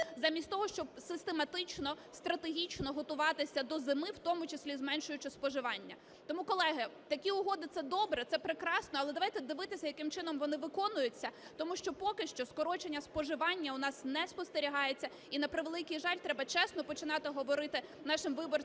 замість того, щоб систематично, стратегічно готуватися до зими, в тому числі і зменшуючи споживання. Тому, колеги, такі угоди – це добре, це прекрасно. Але давайте дивитися, яким чином вони виконуються, тому що, поки що, скорочення споживання у нас не спостерігається. І, на превеликий жаль, треба чесно починати говорити нашим виборцям